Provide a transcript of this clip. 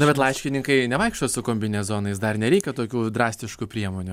na bet laiškininkai nevaikšto su kombinezonais dar nereikia tokių drastiškų priemonių